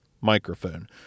microphone